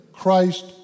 Christ